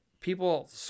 people